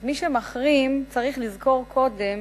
אז מי שמחרים צריך לזכור קודם